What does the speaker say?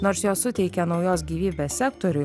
nors jos suteikia naujos gyvybės sektoriui